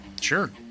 Sure